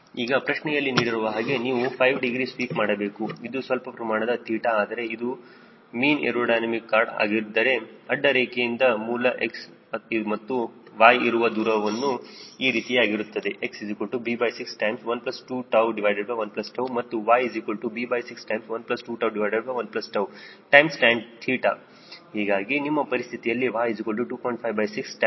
ಈಗ ಪ್ರಶ್ನೆಯಲ್ಲಿ ನೀಡಿರುವ ಹಾಗೆ ನೀವು 5 ಡಿಗ್ರಿ ಸ್ವೀಪ್ ಮಾಡಬೇಕು ಇದು ಸ್ವಲ್ಪ ಪ್ರಮಾಣದ 𝜃 ಆದರೆ ಮತ್ತು ಇದು ಮೀನ್ ಏರೋಡೈನಮಿಕ್ ಕಾರ್ಡ್ ಹಾಗಿದ್ದರೆ ಅಡ್ಡ ರೇಖೆಯದಿಂದ ಮೂಲ x ಮತ್ತು y ಇರುವ ದೂರವು ಈ ರೀತಿಯಾಗಿರುತ್ತದೆ xb6121 ಮತ್ತು yb6121tan ಹೀಗಾಗಿ ನಮ್ಮ ಪರಿಸ್ಥಿತಿಯಲ್ಲಿ y2